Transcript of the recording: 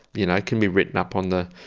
you know can be written up on the